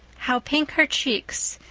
how pink her cheeks,